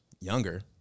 younger